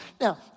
Now